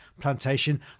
plantation